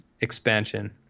expansion